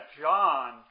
John